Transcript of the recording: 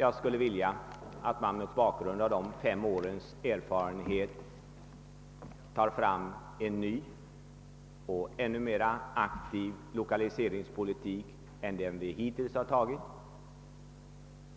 Jag skulle vilja att man mot bakgrunden av dessa fem års erfarenhet drev fram en ny, ännu mera aktiv lokaliseringspolitik än den som hittills förts,